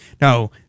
Now